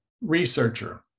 researcher